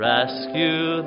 Rescue